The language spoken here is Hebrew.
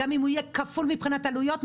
גם אם הוא יהיה כפול מבחינת עלויות,